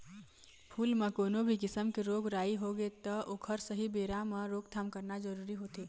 फूल म कोनो भी किसम के रोग राई होगे त ओखर सहीं बेरा म रोकथाम करना जरूरी होथे